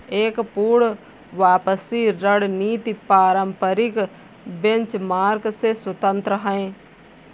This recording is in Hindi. एक पूर्ण वापसी रणनीति पारंपरिक बेंचमार्क से स्वतंत्र हैं